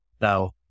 now